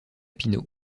pineau